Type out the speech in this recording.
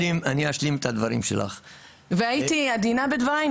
אשלים את דברייך --- והייתי עדינה בדבריי,